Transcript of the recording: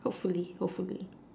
hopefully hopefully